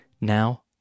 Now